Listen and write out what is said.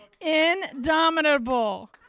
indomitable